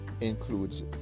includes